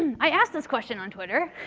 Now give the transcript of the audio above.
i asked this question on twitter.